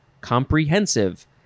comprehensive